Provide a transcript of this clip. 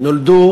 נולדו